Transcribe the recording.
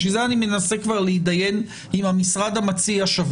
בשביל זה אני מנסה להתדיין כבר שבוע עם המשרד המציע.